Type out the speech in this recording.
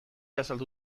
azaldu